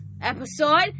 episode